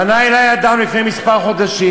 לפני כמה חודשים